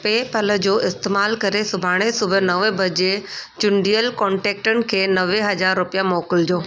पे पल जो इस्तेमाल करे सुभाणे सुबुह नवे बजे चूंडियल कॉन्टेक्टनि खे नवे हज़ार रुपया मोकिलजो